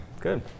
Good